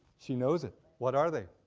she knows it. what are they?